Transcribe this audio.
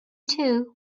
too